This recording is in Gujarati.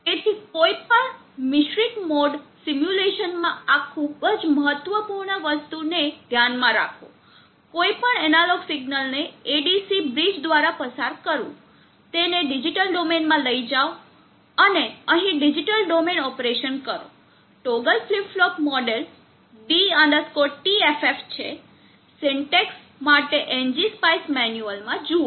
તેથી કોઈપણ મિશ્રિત મોડ સિમ્યુલેશનમાં આ ખૂબ જ મહત્વપૂર્ણ વસ્તુને ધ્યાનમાં રાખો કોઈપણ એનાલોગ સિગ્નલ ને ADC બ્રિજ દ્વારા પસાર કરવું તેને ડિજિટલ ડોમેનમાં લઈ જાઓ અને અહીં ડિજિટલ ડોમેન ઓપરેશન કરો ટોગલ ફ્લિપ ફ્લોપનું મોડેલ d tff છે સિન્ટેક્સ માટે એનજીસ્પાઈસ મેન્યુઅલ માં જુઓ